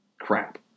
Crap